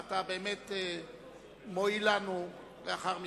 ואתה באמת מועיל לנו לאחר מכן.